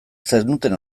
zenuten